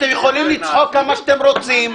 אתם יכולים לצחוק כמה שאתם רוצים,